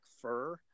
fur